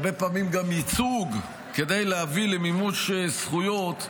הרבה דברים, גם ייצוג, כדי להביא למימוש זכויות,